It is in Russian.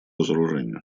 разоружению